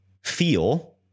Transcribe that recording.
feel